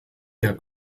der